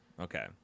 Okay